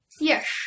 Yes